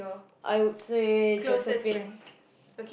I would say Josephine